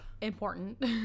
important